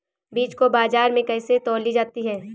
बीज को बाजार में कैसे तौली जाती है?